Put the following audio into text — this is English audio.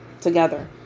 together